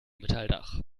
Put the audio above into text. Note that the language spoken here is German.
metalldach